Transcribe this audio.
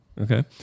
Okay